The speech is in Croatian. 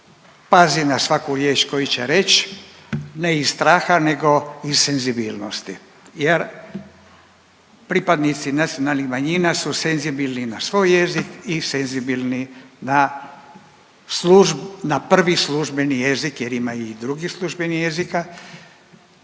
pazi na svaku riječ koju će reći, ne iz straha nego iz senzibilnosti jer pripadnici nacionalnih manjina su senzibilni na svoj jezik i senzibilni na .../nerazumljivo/... na prvi službeni jezik jer ima i drugi službenih jezika